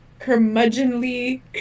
curmudgeonly